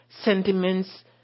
sentiments